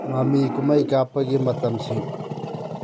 ꯃꯃꯤ ꯀꯨꯝꯃꯩ ꯀꯥꯞꯄꯒꯤ ꯃꯇꯝꯁꯤꯡ